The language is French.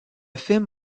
film